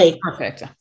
perfect